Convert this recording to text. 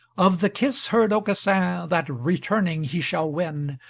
of the kiss heard aucassin that returning he shall win.